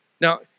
Now